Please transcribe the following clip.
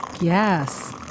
Yes